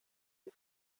sie